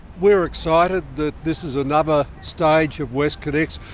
we're excited that this is another stage of westconnex,